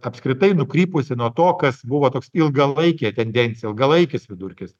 apskritai nukrypusi nuo to kas buvo toks ilgalaikė tendencija ilgalaikis vidurkis